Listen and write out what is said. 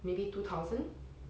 maybe two thousand